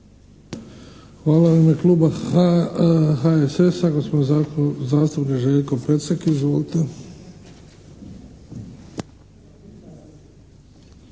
Hvala. U ime Kluba HSS-a gospodin zastupnik Željko Pecek, izvolite.